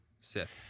Sith